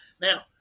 Now